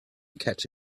catch